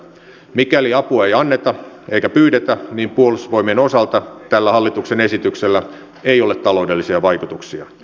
mikäli apua ei anneta eikä pyydetä niin puolustusvoimien osalta tällä hallituksen esityksellä ei ole taloudellisia vaikutuksia